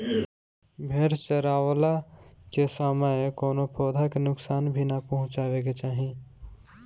भेड़ चरावला के समय कवनो पौधा के नुकसान भी ना पहुँचावे के चाही